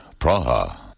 Praha